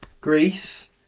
Greece